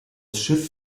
schiff